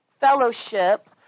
fellowship